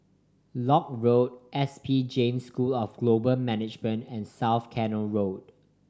Lock Road S P Jain School of Global Management and South Canal Road